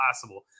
possible